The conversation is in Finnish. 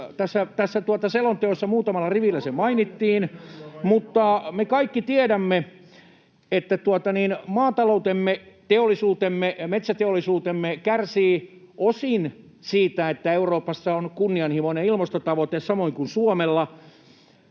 Tässä selonteossa muutamalla rivillä se mainittiin, mutta me kaikki tiedämme, että maataloutemme, teollisuutemme ja metsäteollisuutemme kärsivät osin siitä, että Euroopassa on kunnianhimoinen ilmastotavoite, samoin kuin Suomella.